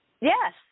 Yes